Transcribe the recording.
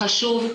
חשוב,